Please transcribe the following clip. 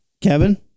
Kevin